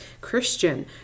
Christian